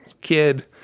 kid